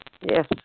yes